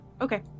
Okay